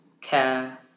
care